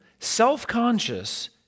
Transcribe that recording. self-conscious